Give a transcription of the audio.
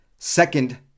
second